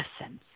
essence